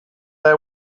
they